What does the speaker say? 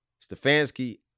Stefanski